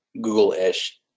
Google-ish